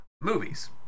movies